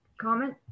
comment